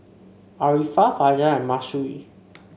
Arifa Fajar and Mahsuri